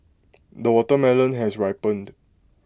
the watermelon has ripened